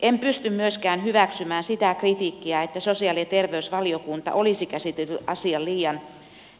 en pysty myöskään hyväksymään sitä kritiikkiä että sosiaali ja terveysvaliokunta olisi käsitellyt asian